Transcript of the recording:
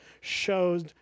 shows